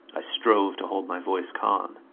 i strove to hold my voice calm.